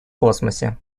космосе